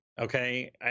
okay